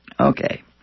Okay